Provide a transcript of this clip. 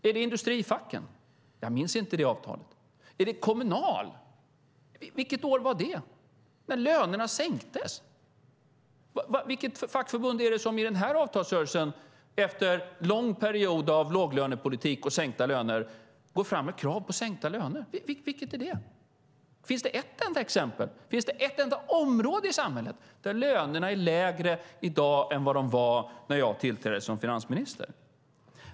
Är det industrifacken? Jag minns inte det avtalet. Är det Kommunal? Vilket år var det när lönerna sänktes? Vilket fackförbund är det som i den här avtalsrörelsen, efter en lång period av låglönepolitik och sänkta löner, går fram med krav på sänkta löner? Vilket är det? Finns det ett enda exempel? Finns det ett enda område i samhället där lönerna i dag är lägre än vad de var när jag tillträdde som finansminister?